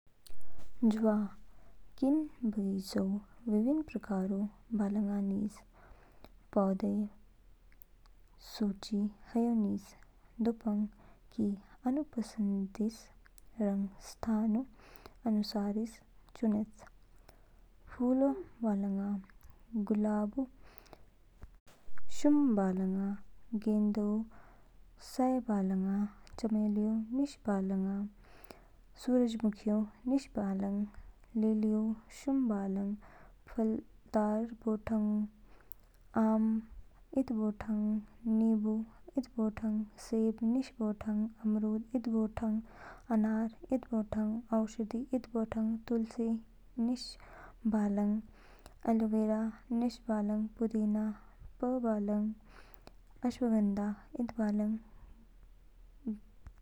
जवा किन बगीचऊ विभिन्न प्रकारऊ बालंगा निज पौधोंऊ सूची ह्यू दू, दोपंग कि अनु पसंदीस रंग स्थानऊ अनुसार चुनेच। फूलो बालंगा। गुलाब शाउम बालंगा। गेंदा सायै बालगां। चमेली निश बालगं। सूरजमुखी निश बालंग। लिली शुम बालंग। फलदार बोठांग। आम इद बोठांग। नींबू इद बोठांग। सेब निशबोठांग। अमरूद इद बोठांग। अनार इद बोठांग। औषधीय बोठांग। तुलसी निश बालंग। एलोवेरा निश बालंग। पुदीना पअ बालंग। अश्वगंधा इद बालंग।